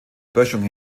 böschung